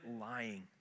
lying